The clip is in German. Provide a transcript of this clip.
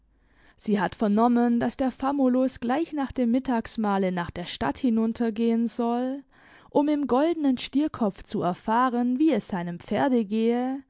sie hat vernommen daß der famulus gleich nach dem mittagsmahle nach der stadt hinuntergehen soll um im goldenen stierkopf zu erfahren wie es seinem pferde gehe